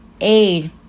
aid